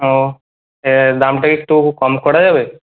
ওহ দামটা একটু কম করা যাবে